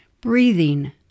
Breathing